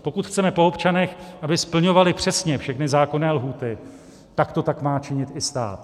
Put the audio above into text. Pokud chceme po občanech, aby splňovali přesně všechny zákonné lhůty, tak to tak má činit i stát.